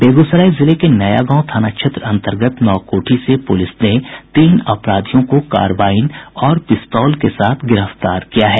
बेगूसराय जिले के नया गांव थाना क्षेत्र अंतर्गत नावकोठी से पुलिस ने तीन अपराधियों को कार्रबाईन और पिस्तौल के साथ गिरफ्तार किया है